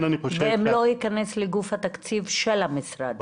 ואם לא ייכנס לגוף התקציב של המשרד.